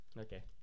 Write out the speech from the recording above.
Okay